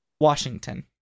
Washington